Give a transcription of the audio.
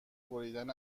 بریدن